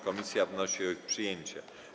Komisja wnosi o ich przyjęcie.